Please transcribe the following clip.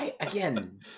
Again